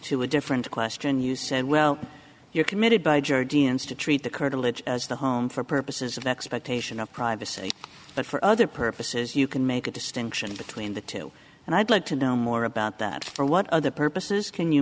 to a different question you said well you're committed by jerry dns to treat the curtilage as the home for purposes of the expectation of privacy but for other purposes you can make a distinction between the two and i'd like to know more about that or what other purposes can you